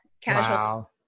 casualty